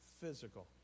physical